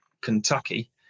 Kentucky